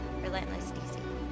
relentlessdc